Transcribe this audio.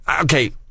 okay